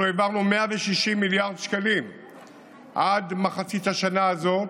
אנחנו העברנו 160 מיליארד שקלים עד מחצית השנה הזאת,